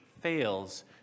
fails